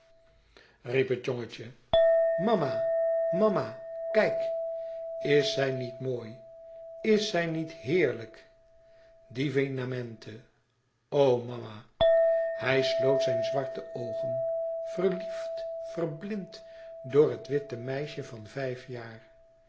het jongentje mama mama kijk is zij niet mooi is zij niet heerlijk divinamente oh mama hij sloot zijn zwarte oogen verliefd verblind door het witte meisje van vijf jaar